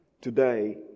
Today